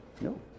No